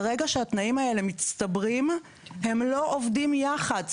ברגע שהתנאים האלה מצטברים, הם לא עובדים יחד.